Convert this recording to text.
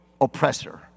oppressor